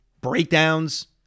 breakdowns